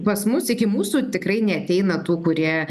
pas mus iki mūsų tikrai neateina tų kurie